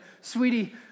Sweetie